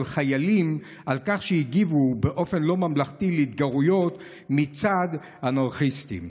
חיילים על כך שהגיבו באופן לא ממלכתי להתגרויות מצד אנרכיסטים.